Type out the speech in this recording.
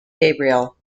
gabriel